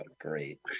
Great